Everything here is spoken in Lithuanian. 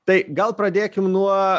tai gal pradėkim nuo